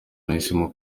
nahisemo